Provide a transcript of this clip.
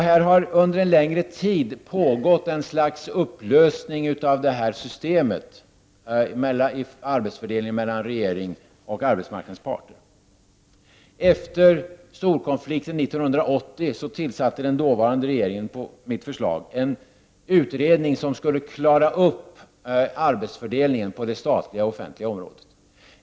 Det har under en längre tid pågått ett slags upplösning av systemet för arbetsfördelningen mellan regeringen och arbetsmarknadens parter. Efter storkonflikten 1980 tillsatte den dåvarande regeringen på mitt förslag en utredning som skulle klara upp arbetsfördelningen på det offentliga området.